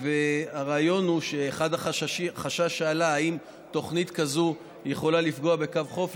והרעיון הוא שאחד החששות שעלו: האם תוכנית כזאת יכולה לפגוע בקו החוף?